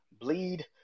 Bleed